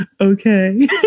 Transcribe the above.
Okay